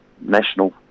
national